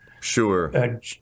Sure